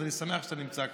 אז אני שמח שאתה נמצא כאן.